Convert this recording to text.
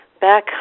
back